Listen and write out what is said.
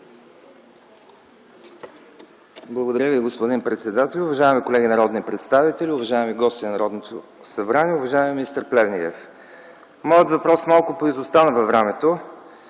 Благодаря Ви, господин председател. Уважаеми колеги народни представители, уважаеми гости на Народното събрание, уважаеми министър Плевнелиев! Моят въпрос малко поизостана във времето,